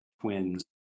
twins